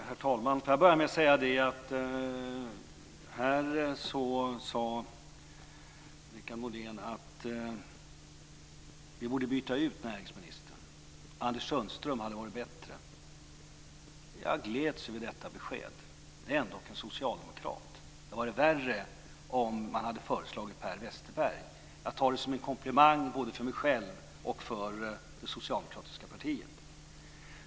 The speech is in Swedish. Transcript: Herr talman! Låt mig börja med att ta upp att Per Richard Molén tidigare sade att vi borde byta ut näringsministern. Anders Sundström hade varit bättre. Jag gläds över detta besked. Det är ändå en socialdemokrat. Det hade varit värre om man hade föreslagit Per Westerberg. Jag tar det som en komplimang både åt mig själv och åt det socialdemokratiska partiet.